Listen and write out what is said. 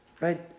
Right